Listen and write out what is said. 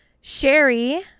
Sherry